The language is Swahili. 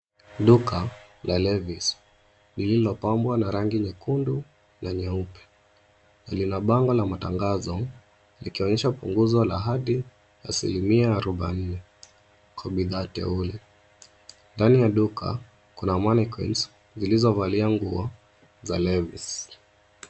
Duka la Levi's lililopambwa na rangi nyekundu na nyeupe na lina bango la matangazo likionyesha punguzo la hadi asilimia arobaini kwa bidhaa teule. Ndani ya duka kuna manequinns zilizovalia nguo za Levi's.